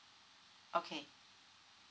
okay